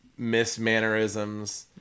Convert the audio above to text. mismannerisms